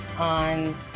on